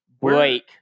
break